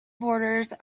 borders